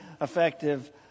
Effective